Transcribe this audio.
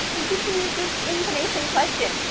but you can use this intonation question.